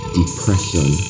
depression